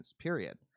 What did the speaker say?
period